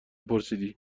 پرسیدی